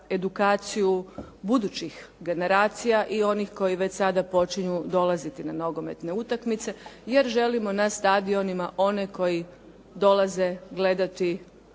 budućih generacija i onih koji već sada počinju dolaziti na nogometne utakmice, jer želimo na stadionima one koji dolaze gledati